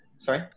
Sorry